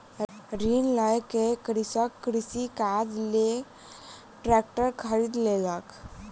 ऋण लय के कृषक कृषि काजक लेल ट्रेक्टर खरीद लेलक